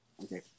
okay